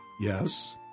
Yes